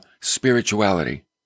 spirituality